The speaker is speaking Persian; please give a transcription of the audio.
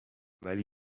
ولی